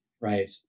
Right